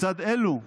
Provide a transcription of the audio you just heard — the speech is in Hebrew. לצד אלו,